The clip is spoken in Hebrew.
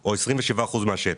או על 27% מהשטח.